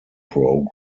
program